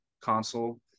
console